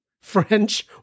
French